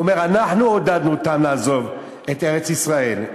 הוא אומר: אנחנו עודדנו אותם לעזוב את ארץ פלשתינה,